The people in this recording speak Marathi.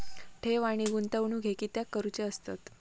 ठेव आणि गुंतवणूक हे कित्याक करुचे असतत?